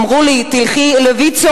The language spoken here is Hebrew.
אמרו לי: לכי לויצו,